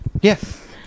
Yes